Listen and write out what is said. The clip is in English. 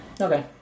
Okay